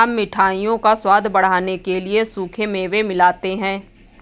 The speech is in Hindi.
हम मिठाइयों का स्वाद बढ़ाने के लिए सूखे मेवे मिलाते हैं